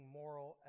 moral